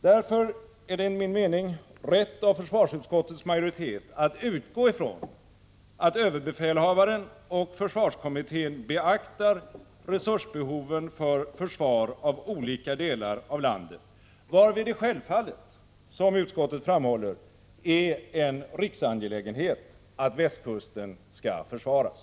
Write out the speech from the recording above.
Därför är det enligt min mening rätt av försvarsutskottets majoritet att utgå ifrån att överbefälhavaren och försvarskommittén beaktar resursbehoven för försvar av olika delar av landet, varvid det självfallet — som utskottet framhåller — är en riksangelägenhet att västkusten kan försvaras.